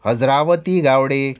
Hajravati Gawade